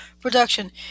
production